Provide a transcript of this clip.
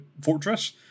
fortress